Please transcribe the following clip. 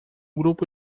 grupo